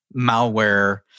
malware